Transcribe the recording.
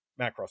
Macross